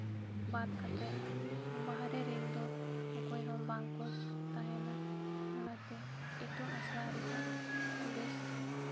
ᱵᱟᱫ ᱠᱟᱛᱮᱫ ᱵᱟᱦᱨᱮ ᱨᱮᱱ ᱫᱚ ᱚᱠᱚᱭ ᱦᱚᱸ ᱵᱟᱝ ᱠᱚ ᱛᱟᱦᱮᱱᱟ ᱚᱱᱟᱛᱮ ᱤᱛᱩᱱ ᱟᱥᱲᱟ ᱨᱮᱦᱚᱸ ᱵᱮᱥ